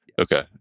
Okay